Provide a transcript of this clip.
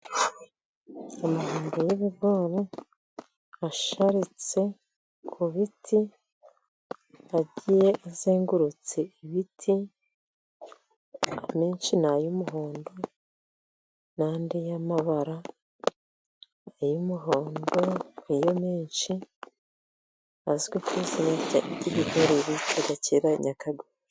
Amahundo y'ibigori asharitse ku biti, agiye azengurutse ibiti, amenshi ni ay'umuhondo, n'andi y'amabara, ay'umuhodo ni yo menshi, azwi ku izina ry'ibigori bitaga kera nyakagori.